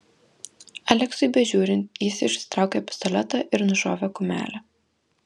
aleksiui bežiūrint jis išsitraukė pistoletą ir nušovė kumelę